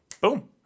Boom